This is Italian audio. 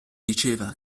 diceva